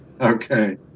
Okay